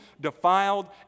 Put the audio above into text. defiled